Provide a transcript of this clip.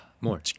More